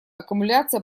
аккумуляция